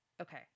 Okay